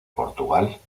portugal